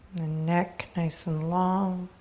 neck nice and long.